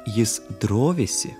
jis drovisi